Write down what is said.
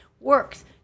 works